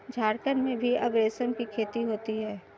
झारखण्ड में भी अब रेशम की खेती होती है